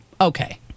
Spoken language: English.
Okay